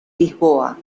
lisboa